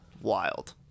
Wild